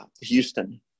Houston